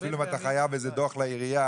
אפילו אם אתה חייב איזה דו"ח לעירייה,